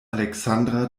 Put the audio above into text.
alexandra